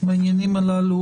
בעניינים הללו.